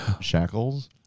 shackles